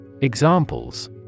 Examples